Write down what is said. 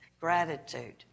gratitude